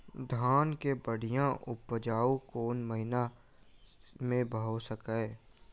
धान केँ बढ़िया उपजाउ कोण महीना मे भऽ सकैय?